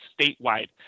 statewide